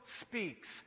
speaks